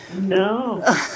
No